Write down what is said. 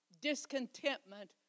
Discontentment